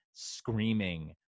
screaming